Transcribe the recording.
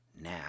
Now